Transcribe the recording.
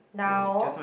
now